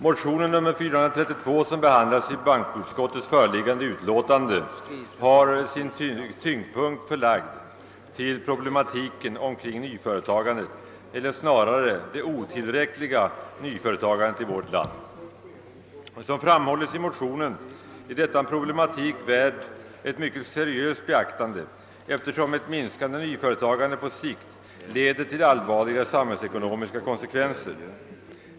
Motionen II: 432, som behandlas i bankoutskottets föreliggande utlåtande, har sin tyngdpunkt lagd till problematiken omkring nyföretagandet eller snarare det otillräckliga nyföretagandet i vårt land. Som framhålles i motionen är denna problematik värd ett mycket seriöst beaktande, eftersom ett minskande nyföretagande på sikt leder till allvarliga samhällsekonomiska konsekvenser.